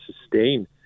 sustain